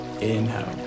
Inhale